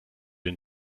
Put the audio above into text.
den